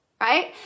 right